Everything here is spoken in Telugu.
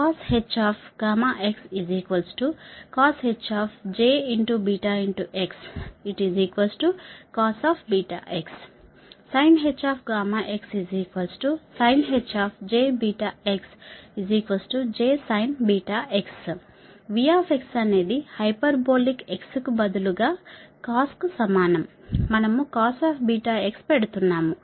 coshxcosh cos sinhxsinh jsin V అనేది హైపర్బోలిక్ x కు బదులుగా కాస్ కు సమానం మనం cos పెడుతున్నాము